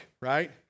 right